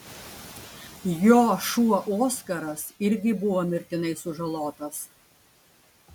jo šuo oskaras irgi buvo mirtinai sužalotas